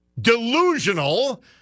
delusional